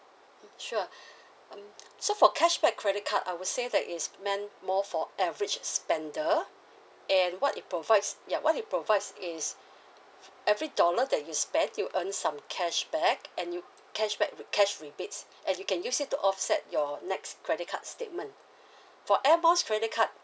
mm sure mm so for cashback credit card I would say that it's meant more for average spender and what it provides ya what it provides is every dollar that you spend you earn some cashback and you cashback cash rebates and you can use it to offset your next credit card statement for air miles credit card